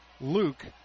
luke